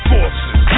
Forces